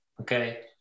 Okay